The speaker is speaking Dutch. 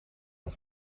aan